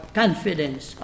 confidence